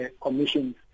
commissions